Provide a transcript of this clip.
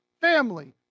family